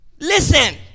listen